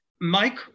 Mike